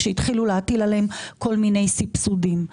כשהתחילו להטיל עליהם כל מיני סבסודים.